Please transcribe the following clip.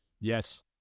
Yes